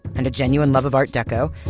and a genuine love of art deco,